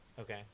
okay